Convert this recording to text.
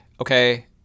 okay